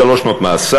לשלוש שנות מאסר,